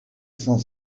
cent